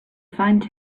find